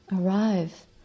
arrive